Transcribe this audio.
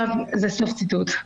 סוף ציטוט.